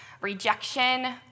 rejection